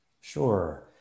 Sure